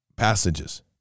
passages